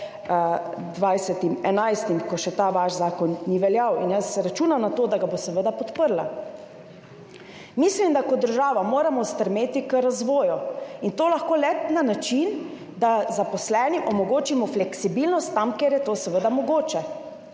11., ko še ta vaš zakon ni veljal. Jaz računam na to, da ga bo seveda podprla. Mislim, da kot država moramo stremeti k razvoju. To lahko le na način, da zaposlenim omogočimo fleksibilnost tam, kjer je to seveda mogoče,